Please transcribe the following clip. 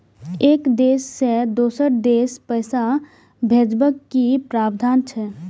एक देश से दोसर देश पैसा भैजबाक कि प्रावधान अछि??